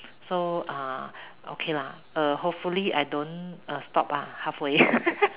so uh okay lah err hopefully I don't uh stop ah half way